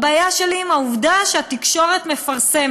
הבעיה שלי היא עם העובדה שהתקשורת מפרסמת,